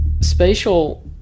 spatial